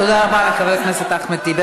תודה רבה לחבר הכנסת אחמד טיבי.